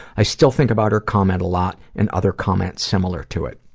i still think about her comment a lot, and other comments similar to it.